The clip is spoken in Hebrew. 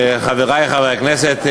חברי חברי הכנסת,